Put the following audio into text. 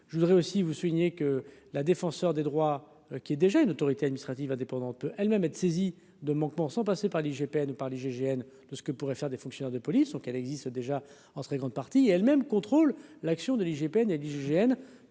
je voudrais aussi vous soulignez que la défenseure des droits qui est déjà une autorité administrative indépendante elles-mêmes et de saisie de manquements sans passer par l'IGPN par GIGN de ce que pourrait faire des fonctionnaires de police qu'elle existe déjà en très grande partie elle même contrôle l'action de l'IGPN et l'IGGN,